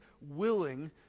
willing